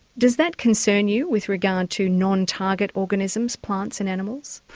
does that concern you with regard to non-target organisms, plants and animals?